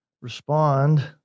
respond